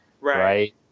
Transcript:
Right